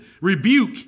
rebuke